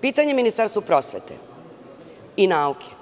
Pitanje Ministarstvu prosvete i nauke –